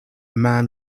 man